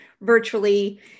virtually